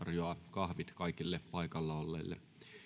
kahvit kaikille paikalla olleille